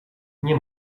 nie